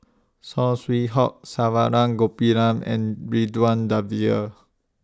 Saw Swee Hock Saravanan Gopinathan and Ridzwan Dzafir